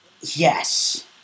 yes